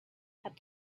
had